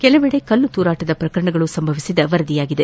ಕೆಲವೆಡೆ ಕಲ್ಲು ತೂರಾಟದ ಪ್ರಕರಣಗಳು ಸಂಭವಿಸಿದ ವರದಿಯಾಗಿದೆ